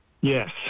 Yes